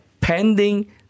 pending